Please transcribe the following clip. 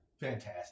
Fantastic